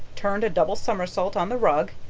turned a double somersault on the rug,